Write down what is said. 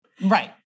Right